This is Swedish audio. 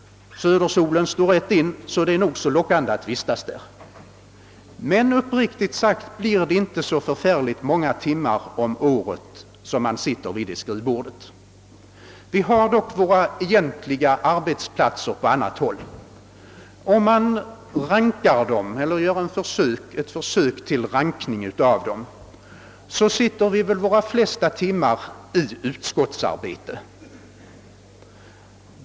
Södersolen står rätt in, så det är nog så lockande att vistas där. Uppriktigt sagt blir det ändå inte så många timmar om året jag sitter vid skrivbordet i det rummet. Vi har dock våra egentliga arbetsplatser på annat håll. Om man försöker ranka dem, sitter vi väl våra flesta timmar i utskottsarbete.